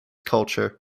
culture